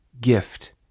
gift